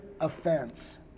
offense